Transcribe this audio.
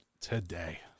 today